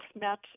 met